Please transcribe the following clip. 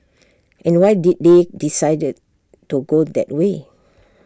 and why did they decide to go that way